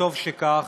וטוב שכך,